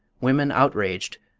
women outraged,